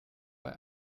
bei